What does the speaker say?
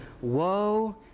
Woe